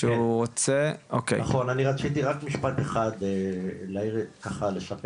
אני רציתי רק משפט אחד להעיר ככה לשפר